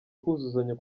kuzuzanya